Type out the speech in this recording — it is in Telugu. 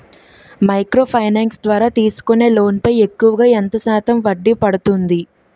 మైక్రో ఫైనాన్స్ ద్వారా తీసుకునే లోన్ పై ఎక్కువుగా ఎంత శాతం వడ్డీ పడుతుంది?